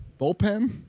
bullpen